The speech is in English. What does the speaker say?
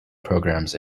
programs